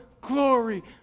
glory